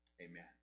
Amen